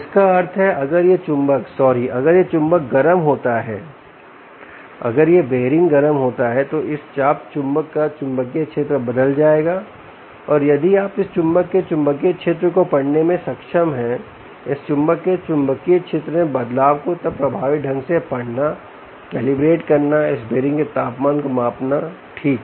जिसका अर्थ है अगर यह चुंबक सॉरी अगर यह चुंबक गर्म होता है अगर यह बीयरिंग गर्म होता है तो इस चाप चुंबक का चुंबकीय क्षेत्र बदल जाएगा और यदि आप इस चुंबक के चुंबकीय क्षेत्र को पढ़ने में सक्षम हैं इस चुंबक के चुंबकीय क्षेत्र में बदलाव को तब प्रभावी ढंग से पढ़ना कैलिब्रेटेड करना इस बीयरिंग के तापमान को मापना ठीक